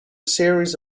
series